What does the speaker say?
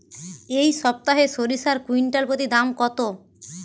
এই সপ্তাহে সরিষার কুইন্টাল প্রতি দাম কত?